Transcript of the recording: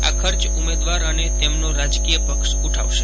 આ ખર્ચ ઉમેદવાર અને તેમનો રાજકીય પક્ષ ઉઠાવશે